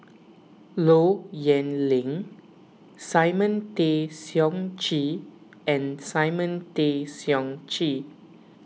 Low Yen Ling Simon Tay Seong Chee and Simon Tay Seong Chee